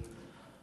אצל,